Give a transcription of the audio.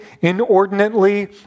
inordinately